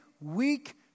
weak